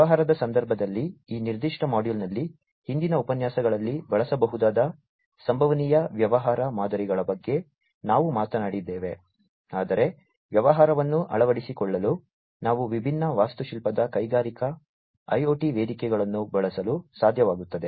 ವ್ಯವಹಾರದ ಸಂದರ್ಭದಲ್ಲಿ ಈ ನಿರ್ದಿಷ್ಟ ಮಾಡ್ಯೂಲ್ನಲ್ಲಿ ಹಿಂದಿನ ಉಪನ್ಯಾಸಗಳಲ್ಲಿ ಬಳಸಬಹುದಾದ ಸಂಭವನೀಯ ವ್ಯವಹಾರ ಮಾದರಿಗಳ ಬಗ್ಗೆ ನಾವು ಮಾತನಾಡಿದ್ದೇವೆ ಆದರೆ ವ್ಯವಹಾರವನ್ನು ಅಳವಡಿಸಿಕೊಳ್ಳಲು ನಾವು ವಿಭಿನ್ನ ವಾಸ್ತುಶಿಲ್ಪದ ಕೈಗಾರಿಕಾ IoT ವೇದಿಕೆಗಳನ್ನು ಬಳಸಲು ಸಾಧ್ಯವಾಗುತ್ತದೆ